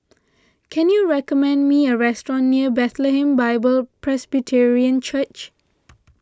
can you recommend me a restaurant near Bethlehem Bible Presbyterian Church